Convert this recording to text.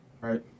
right